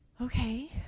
okay